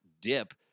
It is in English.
dip